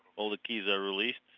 all the keys are released,